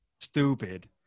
stupid